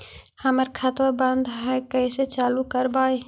हमर खतवा बंद है कैसे चालु करवाई?